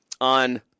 on